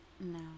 No